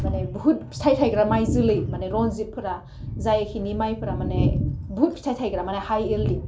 माने बुहुत फिथाइ थायग्रा माइ जोलै माने रनजिथफोरा जायखिनि माइफोरा माने बुहुत फिथाइ थायग्रा माने हाइ इल्डिं